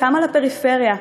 כמה לפריפריה,